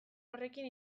horrekin